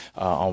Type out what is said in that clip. on